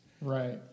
Right